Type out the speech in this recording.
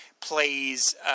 plays